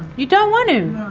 you don't want to?